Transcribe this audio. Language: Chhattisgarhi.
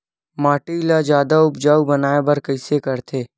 माटी ला जादा उपजाऊ बनाय बर कइसे करथे?